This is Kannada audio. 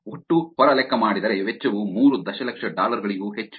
ಒಟ್ಟು ಹೊರಲೆಕ್ಕಮಾಡಿದರೆ ವೆಚ್ಚವು ಮೂರು ದಶಲಕ್ಷ ಡಾಲರ್ ಗಳಿಗೂ ಹೆಚ್ಚು